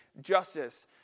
Justice